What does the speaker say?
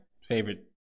favorite